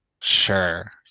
sure